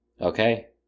Okay